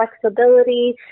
flexibility